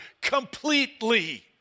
completely